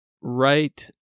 right